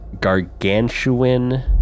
Gargantuan